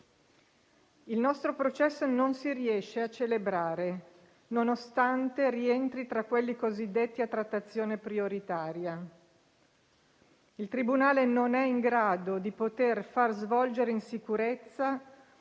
Il nostro processo (…) non si riesce a celebrare, nonostante rientri in quelli cosiddetti a trattazione prioritaria (…). Il Tribunale (…) non è in grado (…) di poter far svolgere in sicurezza